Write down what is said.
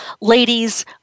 ladies